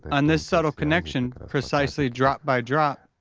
on this subtle connection, precisely drop by drop,